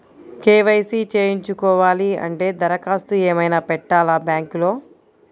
KYC చేయించుకోవాలి అంటే దరఖాస్తు ఏమయినా పెట్టాలా బ్యాంకులో?